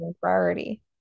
priority